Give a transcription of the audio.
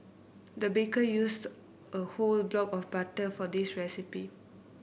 the baker used a whole block of butter for this recipe